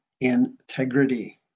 integrity